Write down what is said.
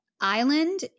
Island